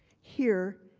here,